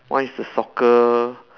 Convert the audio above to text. one is the soccer